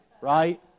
right